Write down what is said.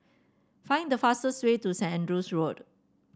find the fastest way to Saint Andrew's Road